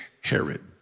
Herod